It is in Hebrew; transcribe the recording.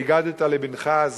והגדת לבנך,